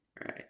right